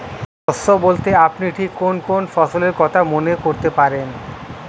শস্য বলতে আপনি ঠিক কোন কোন ফসলের কথা মনে করতে পারেন?